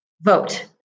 Vote